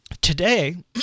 Today